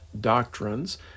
doctrines